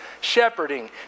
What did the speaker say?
shepherding